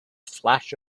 flash